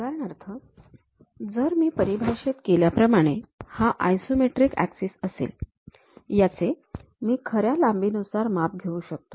उदाहरणार्थ जर मी परिभाषित केल्याप्रमाणे हा आयसोमेट्रिक ऍक्सिसअसेल याचे मी खऱ्या लांबीनुसार माप घेऊ शकतो